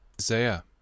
Isaiah